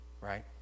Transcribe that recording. Right